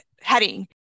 heading